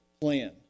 plan